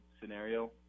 scenario